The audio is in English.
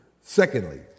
Secondly